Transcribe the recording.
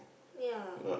ya